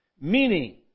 Meaning